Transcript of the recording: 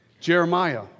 Jeremiah